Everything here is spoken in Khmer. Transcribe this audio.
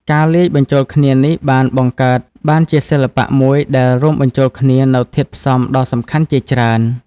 ការលាយបញ្ចូលគ្នានេះបានបង្កើតបានជាសិល្បៈមួយដែលរួមបញ្ចូលគ្នានូវធាតុផ្សំដ៏សំខាន់ជាច្រើន៖